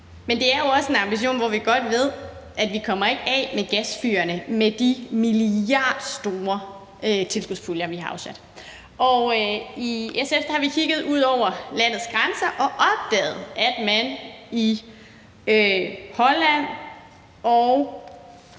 Men det er jo også en ambition, hvor vi godt ved, at vi ikke kommer af med gasfyrene med de milliardstore tilskudspuljer, vi har afsat. I SF har vi kigget ud over landets grænser og opdaget, at man i Holland og